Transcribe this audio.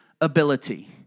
ability